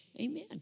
Amen